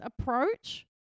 approach